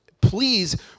please